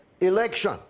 election